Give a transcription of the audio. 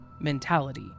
mentality